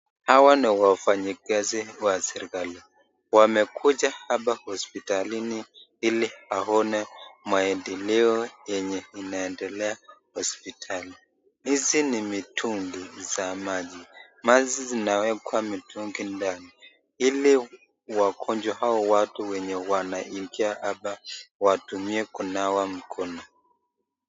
Hawa ni wafanyi kazi wa serikali wamekuja hapa hospitalini ili aone maendeleo yenye inaendelea hospitali .Hizi ni mitungi za maji, maji inawekea mitungi ndani ili wagonjwa au watu wenye wanaingia hapa watumie kunawa mkono.